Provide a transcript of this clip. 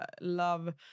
love